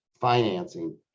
financing